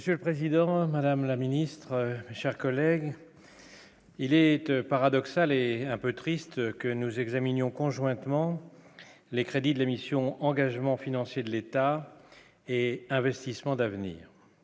Monsieur le Président, Madame la Ministre, chers collègues Il est paradoxal et un peu triste que nous examinions conjointement les crédits de la mission engagement financier de l'État et investissements d'avenir,